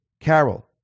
Carol